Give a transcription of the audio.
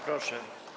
Proszę.